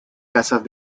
casas